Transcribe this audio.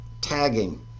tagging